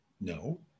No